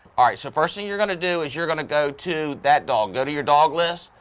all right so first thing you're gonna do is you're gonna go to that dog, go to your dog list,